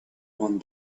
one